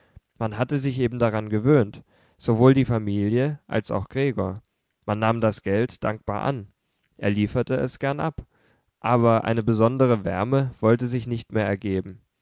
man hatte sich eben daran gewöhnt sowohl die familie als auch gregor man nahm das geld dankbar an er lieferte es gern ab aber eine besondere wärme wollte sich nicht mehr ergeben